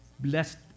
blessed